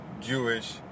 Jewish